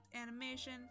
animation